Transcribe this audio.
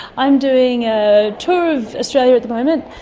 i'm doing a tour of australia at the moment,